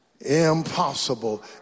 impossible